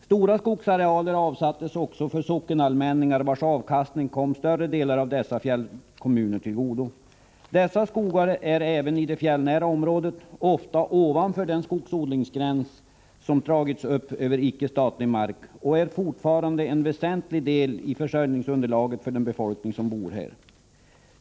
Stora skogsarealer avsattes också för sockenallmänningar, vars avkastning kom större delar av dessa fjällkommuner till godo. Dessa skogar ligger även de i det fjällnära området — ofta ovanför den skogsodlingsgräns som dragits upp över icke statlig mark — och är fortfarande en väsentlig del i försörjningsunderlaget för den befolkning som bor kvar.